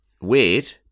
Weird